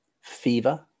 fever